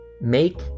Make